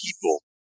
people